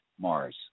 Mars –